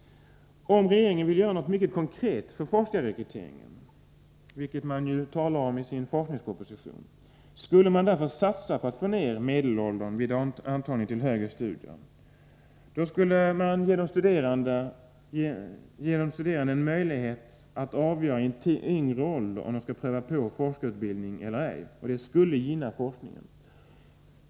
Om regeringen vill göra någonting mycket konkret för forskarrekryteringen, vilket man ju talar om i sin forskningsproposition, borde man därför satsa på att få ned medelåldern vid antagningen till högre studier. Då skulle man ge de studerande en möjlighet att i en lägre ålder avgöra om de vill pröva på forskarutbildning eller inte. Det skulle gynna forskningen.